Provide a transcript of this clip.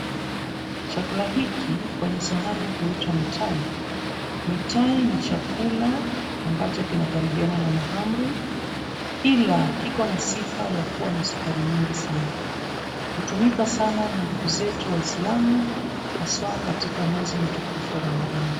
Chakula hiki kwenye sahani huitwa mitahi, mitahi ni chakula ambacho kinakaribiana na mahamri ila kiko na sifa ya kuwa na sukari nyingi sana. Hutumika sana na ndugu zetu waisilamu haswa katika mwezi mkuu wa Ramadhani.